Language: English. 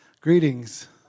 Greetings